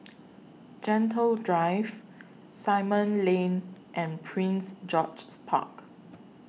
Gentle Drive Simon Lane and Prince George's Park